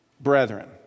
brethren